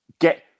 get